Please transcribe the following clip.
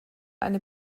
eine